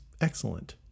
excellent